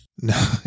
No